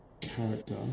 character